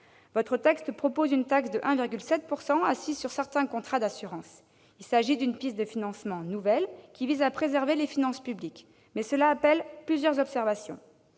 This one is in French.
Le texte prévoit une taxe de 1,7 % assise sur certains contrats d'assurance. Il s'agit d'une piste de financement nouvelle, qui vise à préserver les finances publiques, mais elle appelle plusieurs observations.